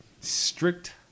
strict